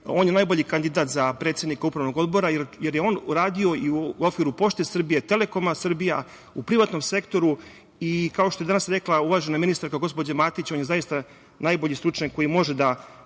on najbolji kandidat za predsednika Upravnog odbora, jer je on radio i u okviru „Pošte Srbije“, „Telekoma Srbija“, u privatnom sektoru i kao što je danas rekla, uvažena ministarka, gospođa Matić, on je zaista najbolji stručnjak koji može da